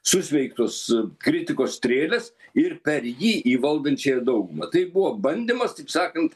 susmeigtos kritikos strėlės ir per jį į valdančiąją daugumą tai buvo bandymas taip sakant